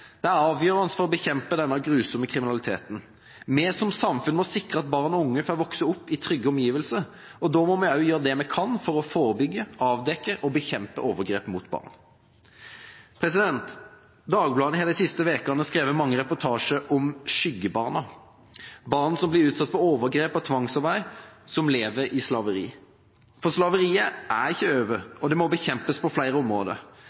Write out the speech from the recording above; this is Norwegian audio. Det er avgjørende for å bekjempe denne grusomme kriminaliteten. Vi som samfunn må sikre at barn og unge får vokse opp i trygge omgivelser, og da må vi også gjøre det vi kan for å forebygge, avdekke og bekjempe overgrep mot barn. Dagbladet har de siste ukene skrevet mange reportasjer om «skyggebarna» – barn som er utsatt for overgrep og tvangsarbeid – som lever i slaveri. For slaveriet er ikke over, og det må bekjempes på flere områder.